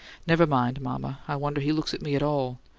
never mind, mama. i wonder he looks at me at all.